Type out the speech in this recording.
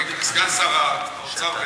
סגן שר האוצר,